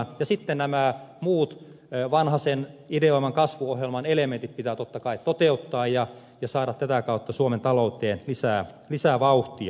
ja sitten nämä muut vanhasen ideoiman kasvuohjelman elementit pitää totta kai toteuttaa ja saada tätä kautta suomen talouteen lisää vauhtia